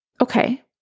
Okay